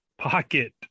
pocket